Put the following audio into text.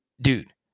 dude